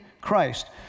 Christ